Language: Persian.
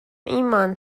ایمان